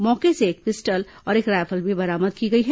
मौके से एक पिस्टल और एक रायफल भी बरामद की गई है